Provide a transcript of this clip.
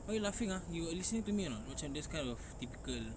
why you laughing ah you got listening to me or not macam this kind of typical